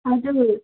हजुर